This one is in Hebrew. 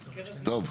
טוב.